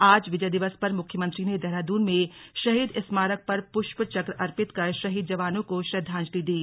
आज विजय दिवस पर मुख्यमंत्री ने देहरादून में शहीद स्मारक पर पुष्पचक्र अर्पित कर शहीद जवानों को श्रद्दांजलि दी